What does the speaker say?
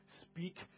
speak